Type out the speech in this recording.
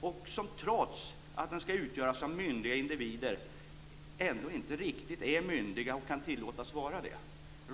och som trots att den ska utgöras av myndiga individer ändå inte riktigt kan tillåtas vara det.